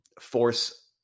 force